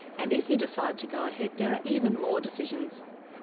and if you decide to go ahead there are even more decisions.